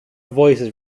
voices